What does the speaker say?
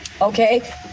okay